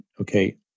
okay